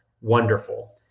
wonderful